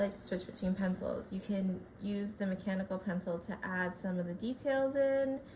like switch between pencils you can use the mechanical pencil to add some of the details in,